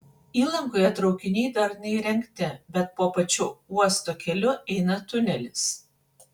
įlankoje traukiniai dar neįrengti bet po pačiu uosto keliu eina tunelis